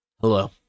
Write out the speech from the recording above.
Hello